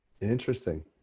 Interesting